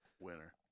Winner